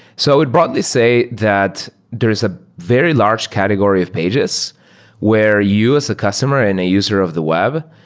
so would broadly say that there's a very large category of pages where you as a customer and a user of the web,